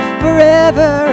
forever